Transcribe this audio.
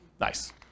Nice